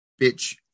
bitch